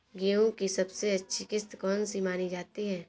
गेहूँ की सबसे अच्छी किश्त कौन सी मानी जाती है?